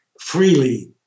freely